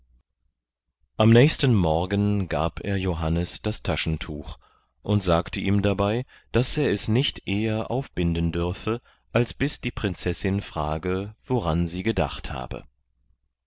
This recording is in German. am nächsten morgen gab er johannes das taschentuch und sagte ihm dabei daß er es nicht eher aufbinden dürfe als bis die prinzessin frage woran sie gedacht habe